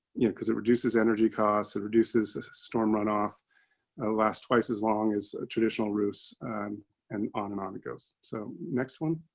you know, because it reduces energy costs, it reduces storm run off last twice as long as traditional routes and an automatic goes. so, next one.